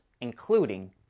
including